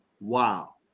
wow